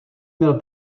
měl